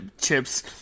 chips